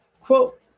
Quote